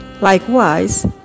Likewise